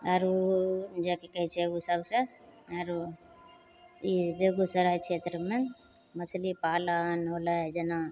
आओर जा कि कहै छै ओसबसे आओर ई बेगूसराय क्षेत्रमे मछली पालन होलै जेना